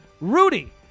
Rudy